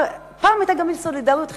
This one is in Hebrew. פעם היתה מין סולידריות חברתית,